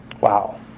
Wow